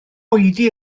oedi